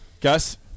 Gus